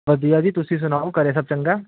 ਵਧੀਆ ਜੀ ਤੁਸੀਂ ਸੁਣਾਓ ਘਰੇ ਸਭ ਚੰਗਾ